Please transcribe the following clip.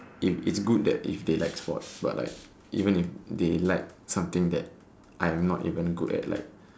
it it's good that if they like sports but like even if they like something that I'm not even good at like